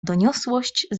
doniosłość